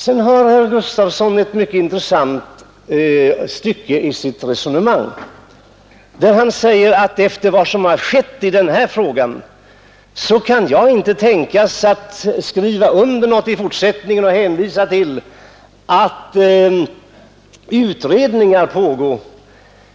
Sedan hade herr Gustavsson ett mycket intressant stycke i sitt resonemang, där han säger att efter vad som har skett i denna fråga kan jag inte tänkas skriva under något i fortsättningen och hänvisa till att utredning pågår.